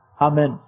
Amen